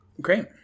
Great